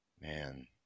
man